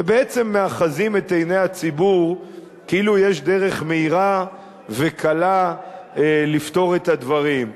ובעצם מאחזים את עיני הציבור כאילו יש דרך מהירה וקלה לפתור את הדברים.